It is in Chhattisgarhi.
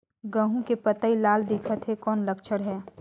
गहूं के पतई लाल दिखत हे कौन लक्षण हे?